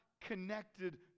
connected